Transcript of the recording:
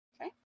Okay